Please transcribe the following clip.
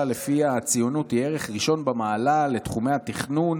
שלפיה הציונות היא ערך ראשון במעלה בתחומי התכנון,